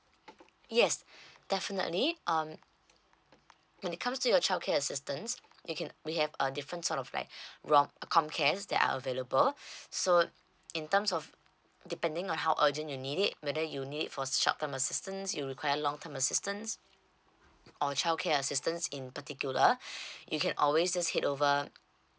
yes definitely um when it comes to your child care assistance you can we have uh different sort of like rob comcare that are available so in terms of depending on how urgent you need it whether you need for short term assistance you require long term assistance or childcare assistance in particular you can always just head over